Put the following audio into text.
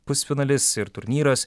pusfinalis ir turnyras